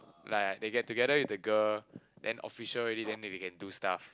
like they get together with the girl then official already then that they can do stuff